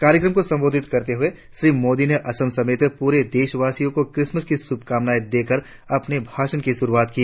कार्यक्रम को संबोधित करते हुए श्री मोदी ने असम समेत पूरे देशवासियों को क्रिसमस की शुभकामनाएं देकर अपने भाषण की शुरुआत की